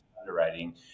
underwriting